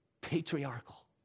patriarchal